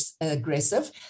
aggressive